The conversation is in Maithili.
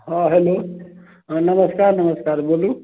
हँ हेलो नमस्कार नमस्कार बोलू